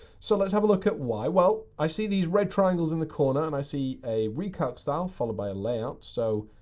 so let's have a look at why. well, i see these red triangles in the corner and i see a recalc style followed by a layout. so,